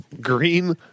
Green